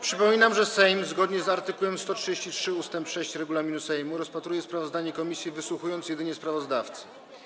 Przypominam, że Sejm, zgodnie z art. 133 ust. 6 regulaminu Sejmu, rozpatruje sprawozdanie komisji, wysłuchując jedynie sprawozdawcy.